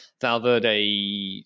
Valverde